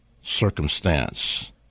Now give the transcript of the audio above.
circumstance